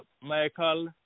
Michael